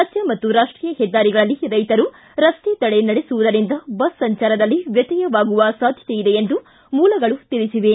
ರಾಜ್ಯ ಮತ್ತು ರಾಷ್ಟೀಯ ಹೆದ್ದಾರಿಗಳಲ್ಲಿ ರೈತರು ರಸ್ತೆ ತಡೆ ನಡೆಸುವುದರಿಂದ ಬಸ್ ಸಂಚಾರದಲ್ಲಿ ವ್ಯತ್ಯಯವಾಗುವ ಸಾಧ್ಯತೆ ಇದೆ ಎಂದು ಮೂಲಗಳು ತಿಳಿಸಿವೆ